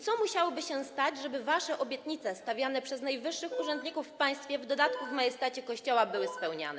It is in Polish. Co musiałoby się stać, żeby wasze obietnice składane przez najwyższych urzędników w państwie, w dodatku w majestacie Kościoła, były spełniane?